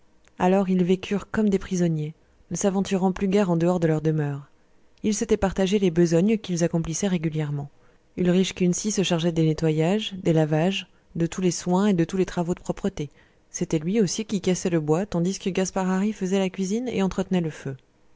alors ils vécurent comme des prisonniers ne s'aventurant plus guère en dehors de leur demeure ils s'étaient partagé les besognes qu'ils accomplissaient régulièrement ulrich kunsi se chargeait des nettoyages des lavages de tous les soins et de tous les travaux de propreté c'était lui aussi qui cassait le bois tandis que gaspard hari faisait la cuisine et entretenait le feu